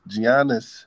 Giannis